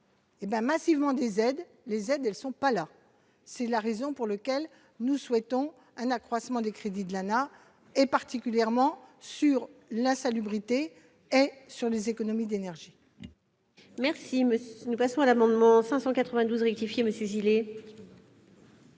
Eh ben massivement des aides, les aides, elles ne sont pas là, c'est la raison pour lequel nous souhaitons un accroissement des crédits de l'Anah et particulièrement sur l'insalubrité et sur les économies d'énergie. Merci, monsieur, nous passons à l'amendement 592 rectifié monsieur Gillet.